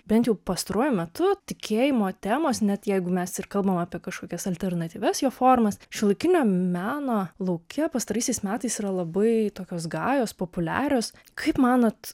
bent jau pastaruoju metu tikėjimo temos net jeigu mes ir kalbam apie kažkokias alternatyvias jo formas šiuolaikinio meno lauke pastaraisiais metais yra labai tokios gajos populiarios kaip manot